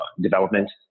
development